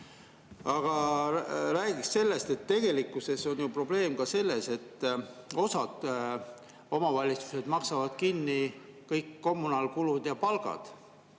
Aga räägiks sellest, et tegelikkuses on ju probleem ka selles, et osa omavalitsusi maksab kinni kõik kommunaalkulud ja palgad.